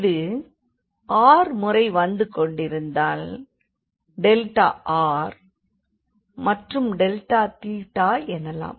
அது r முறை வந்து கொண்டிருந்ததால் டெல்டா r மற்றும் டெல்டா தீட்டா எனலாம்